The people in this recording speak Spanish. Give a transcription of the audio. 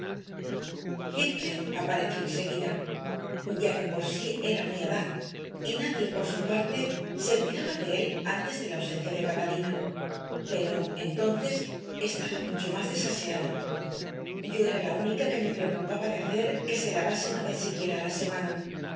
heathcliff apareció enseguida ya de por sí era muy adán y nadie por su parte se cuidaba de él antes de la ausencia de catalina pero entonces estaba mucho más desaseado yo era la única que me preocupaba de hacer que se lavase una vez siquiera a la semana